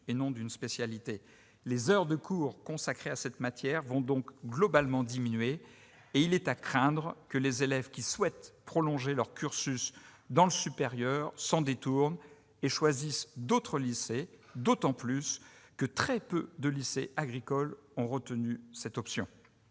non d'une spécialité. Les heures de cours consacrées à cette matière vont donc globalement diminuer, et il est à craindre que les élèves qui souhaitent prolonger leur cursus dans le supérieur ne se détournent de l'enseignement agricole au profit d'autres lycées, d'autant que très peu de lycées agricoles ont retenu cette option.